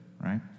right